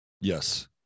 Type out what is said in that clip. Yes